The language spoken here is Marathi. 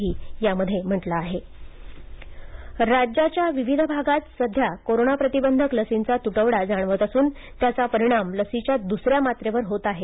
दुसरी मात्रा राज्याच्या विविध भागात सध्या कोरोना प्रतिबंधक लसींचा तुटवडा जाणवत असून त्याचा परिणाम लसीच्या द्सऱ्या मात्रेवर होत आहे